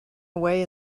away